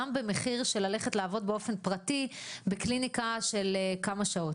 גם במחיר של ללכת לעבוד באופן פרטי בקליניקה של כמה שעות.